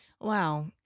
Wow